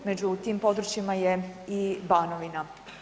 Među tim područjima je i Banovina.